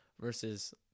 versus